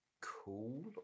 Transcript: cool